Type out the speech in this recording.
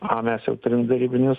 a mes jau derybinius